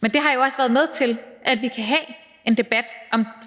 Men det har jo også været med til, at vi kan have en debat